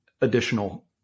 additional